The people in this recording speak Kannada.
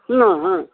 ಹಾಂ ಹಾಂ